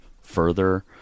further